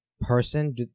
person